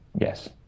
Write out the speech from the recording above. yes